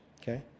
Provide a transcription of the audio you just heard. okay